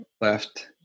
left